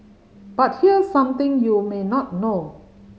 but here's something you may not know